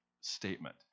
statement